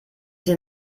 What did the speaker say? hier